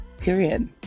period